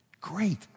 Great